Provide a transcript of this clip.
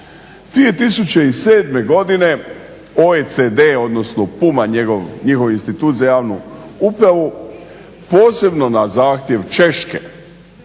2007. godine OECD, odnosno PUMA njihov institut za javnu upravu posebno na zahtjev